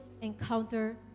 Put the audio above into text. encounter